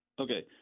Okay